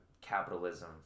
capitalism